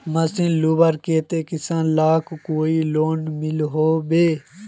Machine लुबार केते किसान लाक कोई लोन मिलोहो होबे?